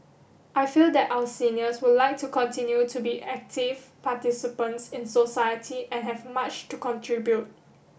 I feel that our seniors would like to continue to be active participants in society and have much to contribute